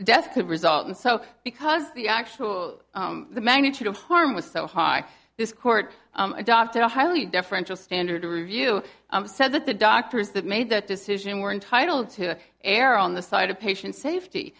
death could result in so because the actual the magnitude of harm was so high this court a doctor a highly deferential standard to review said that the doctors that made that decision were entitled to err on the side of patient safety